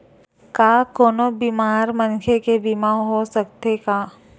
का कोनो बीमार मनखे के बीमा हो सकत हे?